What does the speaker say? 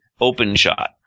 OpenShot